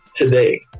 today